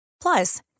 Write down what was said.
Plus